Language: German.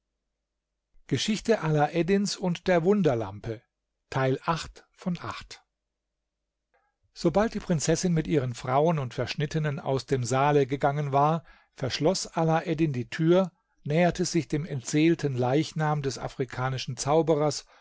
sobald die prinzessin mit ihren frauen und verschnittenen aus dem saale gegangen war verschloß alaeddin die tür näherte sich dem entseelten leichnam des afrikanischen zauberers